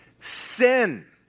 sin